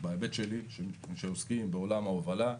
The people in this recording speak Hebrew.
בהיבט שלי, שעוסקים בעולם ההובלה,